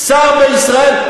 שר בישראל,